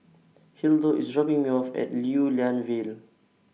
Hildur IS dropping Me off At Lew Lian Vale